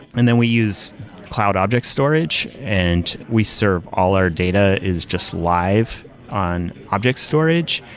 and then we use cloud object storage and we serve all our data is just live on object storage.